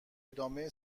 ادامه